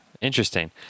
Interesting